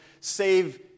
Save